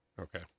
Okay